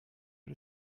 but